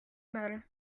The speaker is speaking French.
mal